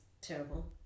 terrible